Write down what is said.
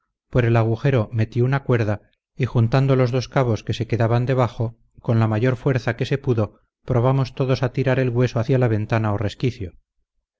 por el agujero metí una cuerda y juntando los dos cabos que se quedaban debajo con la mayor fuerza que se pudo probamos todos a tirar el hueso hacia la ventana o resquicio